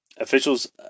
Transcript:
Officials